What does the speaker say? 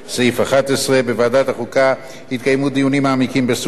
סעיף 11. בוועדת החוקה התקיימו דיונים מעמיקים בסוגיות